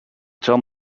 term